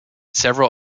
several